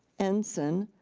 ensign,